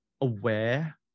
aware